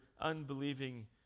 unbelieving